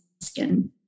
skin